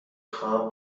خواهم